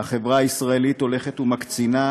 החברה הישראלית הולכת ומקצינה,